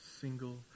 single